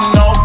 no